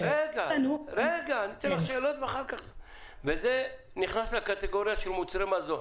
וזה נכנס לקטגוריה של מוצרי מזון.